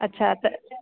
अच्छा त